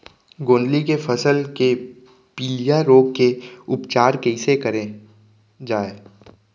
गोंदली के फसल के पिलिया रोग के उपचार कइसे करे जाये?